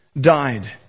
died